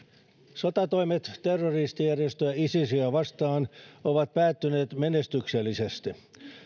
sotatoimet terroristijärjestö isisiä vastaan ovat päättyneet menestyksellisesti